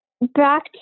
back